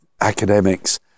academics